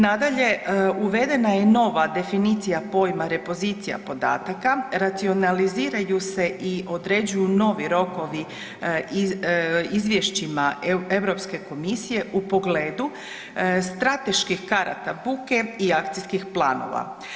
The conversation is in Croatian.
Nadalje, uvedena je nova definicija pojma repozicija podataka, racionaliziraju se i određuju novi rokovi izvješćima Europske komisije u pogledu strateških karata buke i akcijskih planova.